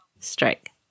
strike